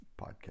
podcast